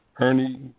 Ernie